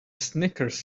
snickers